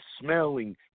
smelling